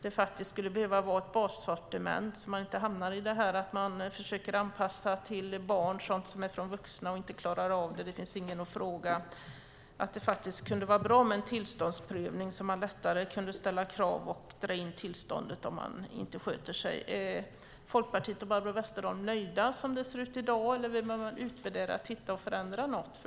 Det skulle behöva vara ett bassortiment, så att man inte hamnar i det här att man försöker anpassa till barn sådant som är för de vuxna. Man kanske inte klarar av det, och det finns ingen att fråga. Det skulle vara bra med en tillståndsprövning, så att man lättare kan ställa krav och dra in tillståndet om någon inte sköter sig. Är Folkpartiet och Barbro Westerholm nöjda med detta som det ser ut i dag eller behöver man utvärdera, titta närmare och förändra något?